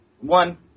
one